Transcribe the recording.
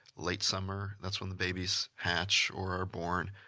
late summer, that's when the babies hatch or are born,